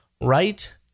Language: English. right